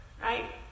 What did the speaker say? right